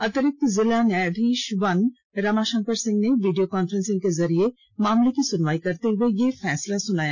अतिरिक्त जिला न्यायाधीश वन रमाशंकर सिंह ने वीडियो कांफ्रेंसिंग के जरिये मामले की सुनवाई करते हुए यह फैसला सुनाया